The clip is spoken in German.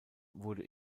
wurde